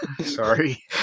sorry